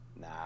Nah